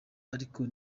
ariko